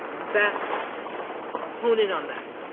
that hone in on that.